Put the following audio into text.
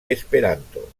esperanto